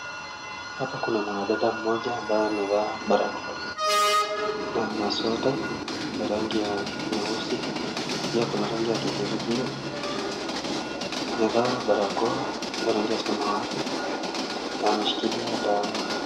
Hapa kuna mwanadada mmoja ambaye amevaa barakoa na ana sweta ya rangi ya nyeusi na pia kuna rangi ya kijivujivu . Amevaa barakoa ya rangi ya samawati na ameshikilia dawa.